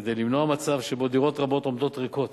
כדי למנוע מצב שבו דירות רבות עומדות ריקות,